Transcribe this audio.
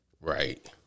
Right